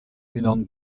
unan